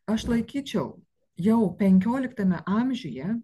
aš laikyčiau jau penkioliktame amžiuje